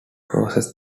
process